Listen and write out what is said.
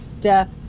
death